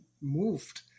moved